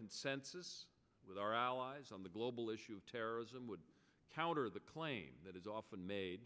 consensus with our allies on the global issue of terrorism would counter the claim that is often made